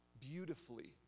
Beautifully